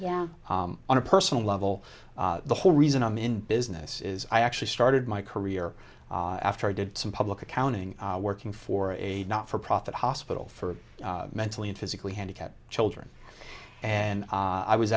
yeah on a personal level the whole reason i'm in business is i actually started my career after i did some public accounting working for a not for profit hospital for mentally and physically handicapped children and i was